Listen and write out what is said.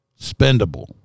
spendable